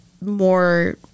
more